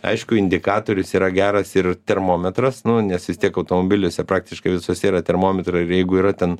aišku indikatorius yra geras ir termometras nu nes vis tiek automobiliuose praktiškai visuose yra termometrai ir jeigu yra ten